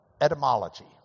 etymology